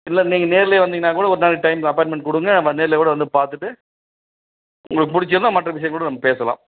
இல்லை நீங்கள் நேரிலே வந்தீங்கன்னா கூட ஒரு நாளைக்கு டைம் ப அப்பாயின்மெண்ட் கொடுங்க நம்ம நேரிலே கூட வந்து பார்த்துட்டு உங்களுக்கு பிடிச்சிருந்தா மற்ற விஷயம் கூட நம்ம பேசலாம்